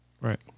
Right